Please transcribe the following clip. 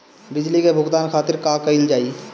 बिजली के भुगतान खातिर का कइल जाइ?